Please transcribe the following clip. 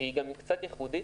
שהיא גם קצת ייחודית,